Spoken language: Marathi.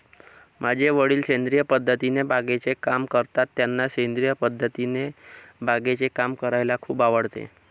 माझे वडील सेंद्रिय पद्धतीने बागेचे काम करतात, त्यांना सेंद्रिय पद्धतीने बागेचे काम करायला खूप आवडते